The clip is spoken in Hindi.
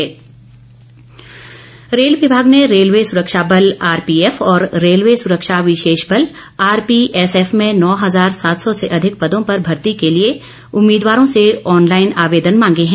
रेलवे भर्ती रेल विभाग ने रेलवे सुरक्षा बल आरपीएफ और रेलवे सुरक्षा विशेष बल आरपीएसएफ में नौ हजार सात सौ से अधिक पदों पर भर्ती के लिए उम्मीदवारों से ऑनलाइन आवेदन मांगे हैं